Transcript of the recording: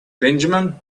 benjamin